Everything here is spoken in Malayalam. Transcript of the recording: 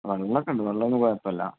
വെള്ളം ഒക്കെ ഉണ്ട് വെള്ളം ഒന്നും കുഴപ്പമില്ല